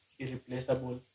irreplaceable